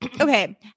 okay